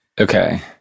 Okay